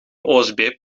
osb